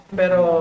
pero